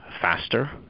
faster